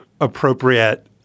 appropriate